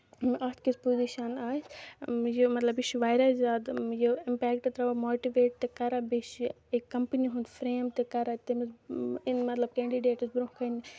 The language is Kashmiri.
اَتھ کِژھ پُوٚزِشَن آسہِ یہِ مطلب یہِ چھُ واریاہ زیادٕ یہِ اِمپیکٹ تراوان ماٹِویٹ تہِ کران بیٚیہِ چھُ یہِ اَکہِ کَمپٔنۍ ہُند فریم تہِ کران تَمیُک مطلب کینڈِڈیٹس برونٛہہ کَنۍ